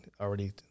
already